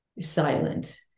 silent